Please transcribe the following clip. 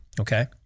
Okay